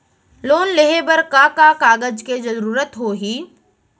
Loan लेहे बर का का कागज के जरूरत होही?